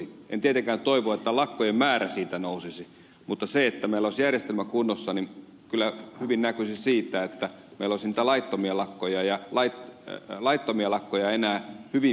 en tietenkään toivo että lakkojen määrä siitä nousisi mutta se että meillä olisi järjestelmä kunnossa kyllä hyvin näkyisi siinä että meillä olisi niitä laittomia lakkoja enää hyvin vähäsen